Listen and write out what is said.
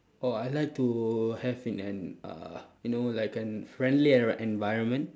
oh I like to have in an uh you know like an friendly en~ environment